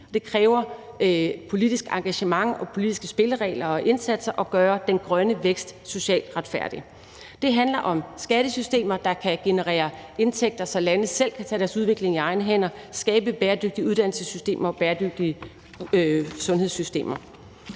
det kræver politisk engagement og politiske spilleregler og indsatser at gøre den grønne vækst socialt retfærdig. Det handler om skattesystemer, der kan generere indtægter, så landene selv kan tage deres udvikling i egne hænder, skabe bæredygtige uddannelsessystemer og bæredygtige sundhedssystemer.